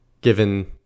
given